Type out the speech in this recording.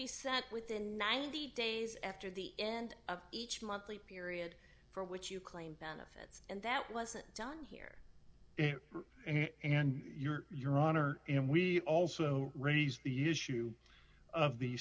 be sent within ninety days after the end of each monthly period for which you claim benefits and that wasn't done here and your your honor and we also raise the issue of the